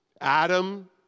Adam